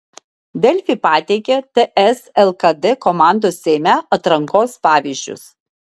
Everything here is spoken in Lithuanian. delfi pateikia ts lkd komandos seime atrankos pavyzdžius